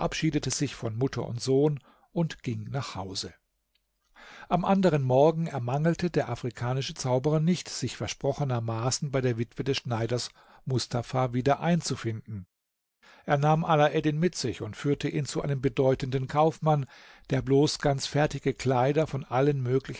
sich von mutter und sohn und ging nach hause am anderen morgen ermangelte der afrikanische zauberer nicht sich versprochenermaßen bei der witwe des schneiders mustafa wieder einzufinden er nahm alaeddin mit sich und führte ihn zu einem bedeutenden kaufmann der bloß ganz fertige kleider von allen